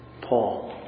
Paul